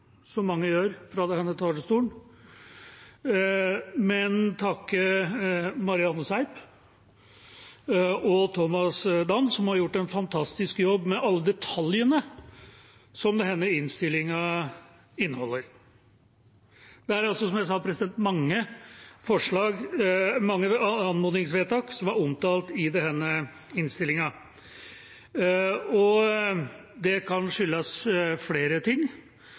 som mange gjør fra denne talerstolen, men med å takke Marianne Seip og Thomas Dam, som har gjort en fantastisk jobb med alle detaljene som denne innstillinga inneholder. Det er, som jeg sa, mange anmodningsvedtak som er omtalt i denne innstillinga. Det kan skyldes flere ting,